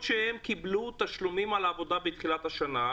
קיבלו תשלומים על עבודה שהם ביצעו בתחילת השנה.